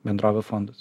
bendrovių fondus